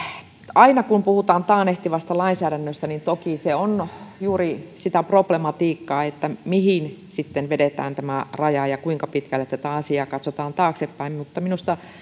aina kun puhutaan taannehtivasta lainsäädännöstä niin toki se on juuri sitä problematiikkaa että mihin vedetään raja ja kuinka pitkälle asiaa katsotaan taaksepäin mutta minusta